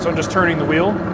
so just turning the wheel.